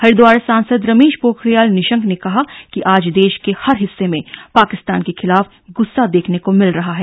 हरिद्वार सांसद रमेश पोखरियाल निशंक ने कहा कि आज देश के हर हिस्से में पाकिस्तान के खिलाफ गुस्सा देखने को मिल रहा है